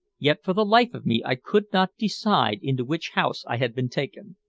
yet for the life of me i could not decide into which house i had been taken.